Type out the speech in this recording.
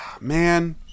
man